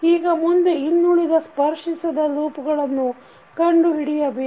ಈಗ ಮುಂದೆ ಇನ್ನುಳಿದ ಸ್ಪರ್ಶಿಸದ ಲೂಪ್ಗಳನ್ನು ಕಂಡು ಹಿಡಿಯಬೇಕು